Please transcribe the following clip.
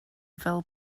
fel